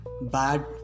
bad